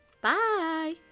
Bye